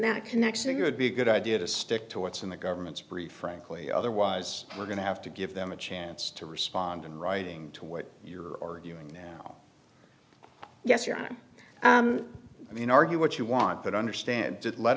that connection a good be good idea to stick to what's in the government's brief frankly otherwise we're going to have to give them a chance to respond in writing to what you're arguing now yes your time i mean argue what you want but understand just let